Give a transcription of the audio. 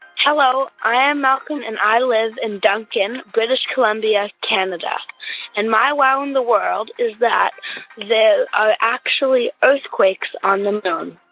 hello. i am malcolm. and i live in duncan, british columbia, canada. and my wow in the world is that there are actually earthquakes on and um